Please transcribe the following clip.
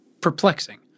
perplexing